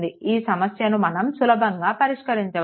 ఈ సమస్యను మనం సులభంగా పరిష్కరించవచ్చు